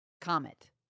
Comet